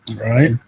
right